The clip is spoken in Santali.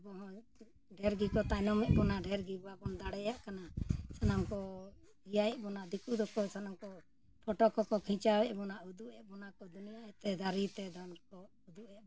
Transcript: ᱟᱵᱚ ᱦᱚᱸ ᱰᱷᱮᱨ ᱜᱮᱠᱚ ᱛᱟᱭᱱᱚᱢᱮᱫ ᱵᱚᱱᱟ ᱰᱷᱮᱨ ᱜᱮ ᱵᱟᱵᱚᱱ ᱫᱟᱲᱮᱭᱟᱜ ᱠᱟᱱᱟ ᱥᱟᱱᱟᱢ ᱠᱚ ᱮᱭᱟᱹᱭᱮᱫ ᱵᱚᱱᱟ ᱫᱤᱠᱩ ᱫᱚᱠᱚ ᱥᱟᱱᱟᱢ ᱠᱚ ᱯᱷᱚᱴᱳ ᱠᱚᱠᱚ ᱠᱷᱤᱪᱟᱹᱣ ᱮᱫ ᱵᱚᱱᱟ ᱩᱫᱩᱜ ᱮᱫ ᱵᱚᱱᱟ ᱠᱚ ᱫᱩᱱᱭᱟᱹᱭ ᱛᱮ ᱫᱟᱨᱮ ᱛᱮ ᱫᱚᱢᱮ ᱠᱚ ᱩᱫᱩᱜ ᱮᱫ ᱵᱚᱱᱟ